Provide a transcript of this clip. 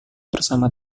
bersama